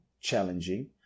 challenging